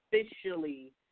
officially –